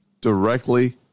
directly